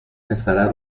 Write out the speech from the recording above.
پسره